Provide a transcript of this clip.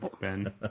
Ben